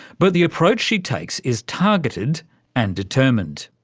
but the approach she takes is targeted and determined.